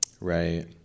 Right